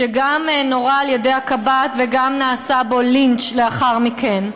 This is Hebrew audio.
שגם נורה על-ידי הקב"ט וגם נעשה בו לינץ' לאחר מכן.